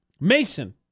Mason